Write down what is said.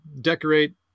decorate